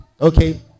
okay